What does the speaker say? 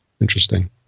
Interesting